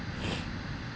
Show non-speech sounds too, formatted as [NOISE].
[BREATH]